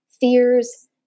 fears